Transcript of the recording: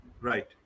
Right